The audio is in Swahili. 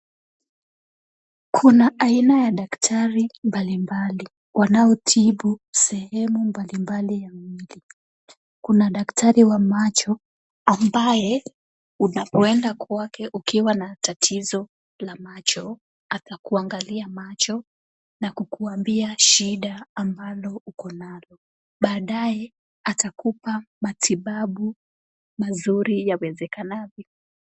Kuna aina ya daktari mbalimbali wanaotibu sehemu mbalimbali. Kuna daktari wa macho ambaye unapoenda kwake ukiwa na tatizo la macho, anakuangalia macho na kukuambia shida ambalo unayo . Baadaye atakupa matibabu mazuri yawezekanavyo.